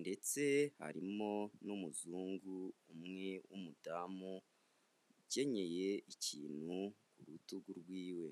ndetse harimo n'umuzungu umwe w'umudamu, ukenyeye ikintu ku rutugu rwiwe.